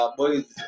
boys